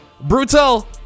Brutal